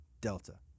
delta